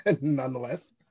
nonetheless